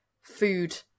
food